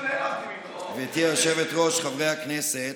חברי הכנסת,